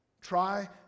Try